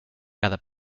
cada